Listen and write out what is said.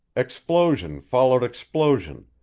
explosion followed explosion,